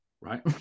right